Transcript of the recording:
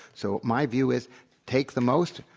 so my view is take the most,